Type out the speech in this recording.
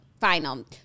final